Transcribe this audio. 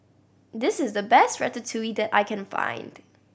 this is the best Ratatouille that I can find